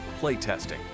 playtesting